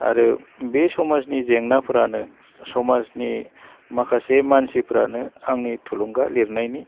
आरो बे समाजनि जेंनाफ्रानो समाजनि माखासे मानसिफ्रानो आंनि थुलुंगा लिरनायनि